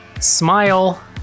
Smile